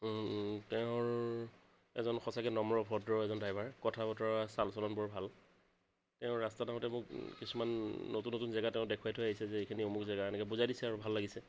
তেওঁৰ এজন সঁচাকৈ নম্ৰ ভদ্ৰ এজন ড্ৰাইভাৰ কথা বতৰা চাল চলন বৰ ভাল তেওঁ ৰাস্তাত আহোঁতে মোক কিছুমান নতুন নতুন জেগা তেওঁ দেখুৱাই থৈ আহিছে যে এইখিনি অমুক জেগা এনেকৈ বুজাই দিছে আৰু ভাল লাগিছে